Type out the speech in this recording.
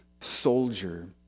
soldier